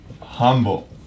humble